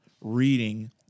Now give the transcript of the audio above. reading